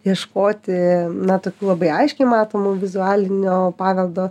ieškoti na tokių labai aiškiai matomų vizualinio paveldo